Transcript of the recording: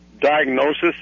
diagnosis